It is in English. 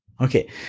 Okay